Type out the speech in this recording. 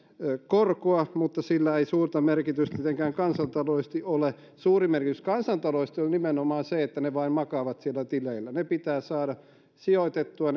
korkoa mutta niillä ei suurta merkitystä tietenkään kansantaloudellisesti ole suuri merkitys kansantaloudellisesti on nimenomaan sillä että ne vain makaavat siellä tileillä ne pitää saada sijoitettua